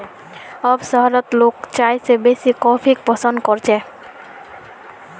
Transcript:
अब शहरत लोग चाय स बेसी कॉफी पसंद कर छेक